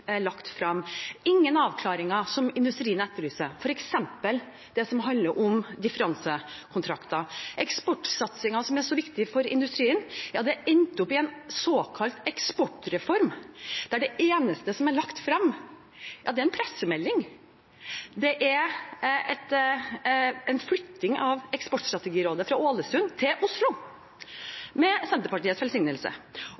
lagt frem, og heller ingen avklaringer, som industrien etterlyser, f.eks. det som handler om differansekontrakter. Eksportsatsingen, som er så viktig for industrien, endte opp i en såkalt eksportreform, der det eneste som er lagt frem, er en pressemelding – i tillegg til flytting av Eksportstrategirådet fra Ålesund til